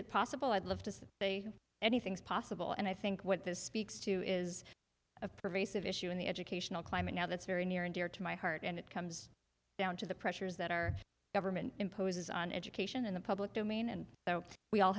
'd love to say anything's possible and i think what this speaks to is a pervasive issue in the educational climate now that's very near and dear to my heart and it comes down to the pressures that our government imposes on education in the public domain and so we all